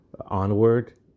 onward